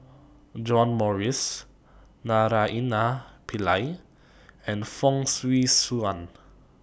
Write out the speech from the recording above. John Morrice Naraina Pillai and Fong Swee Suan